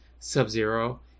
Sub-Zero